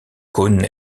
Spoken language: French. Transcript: cônes